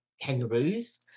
kangaroos